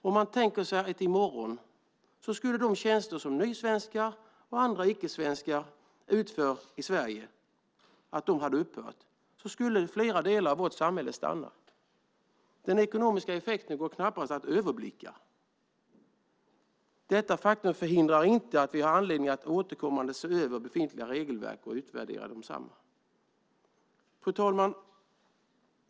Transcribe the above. Om man tänker sig att de tjänster som nysvenskar och andra icke-svenskar utför i Sverige skulle upphöra i morgon skulle flera delar av vårt samhälle stanna. Den ekonomiska effekten går knappast att överblicka. Detta faktum förhindrar inte att vi har anledning att återkommande se över befintliga regelverk och utvärdera desamma. Fru talman!